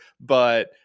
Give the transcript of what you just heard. But-